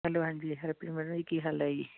hello ਹਾਂਜੀ Harpreet madam ji ਕੀ ਹਾਲ ਹੈ ਜੀ